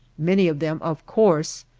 many of them, of course,